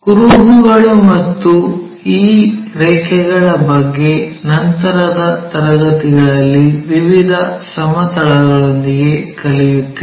ಕುರುಹುಗಳು ಮತ್ತು ಈ ರೇಖೆಗಳ ಬಗ್ಗೆ ನಂತರದ ತರಗತಿಗಳಲ್ಲಿ ವಿವಿಧ ಸಮತಲಗಳೊಂದಿಗೆ ಕಲಿಯುತ್ತೇವೆ